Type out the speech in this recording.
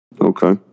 Okay